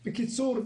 בקיצור,